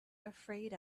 afraid